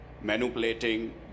manipulating